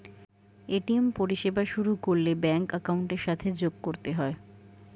ATM পরিষেবা শুরু করলে ব্যাঙ্ক অ্যাকাউন্টের সাথে যোগ করতে হয়